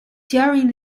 during